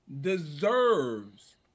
deserves